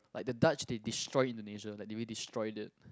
like the Dutch they destroy Indonesia like they really destroy it